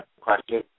question